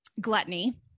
gluttony